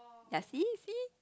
ya see see